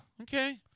Okay